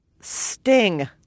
Sting